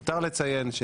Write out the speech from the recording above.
למותר לציין,